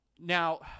Now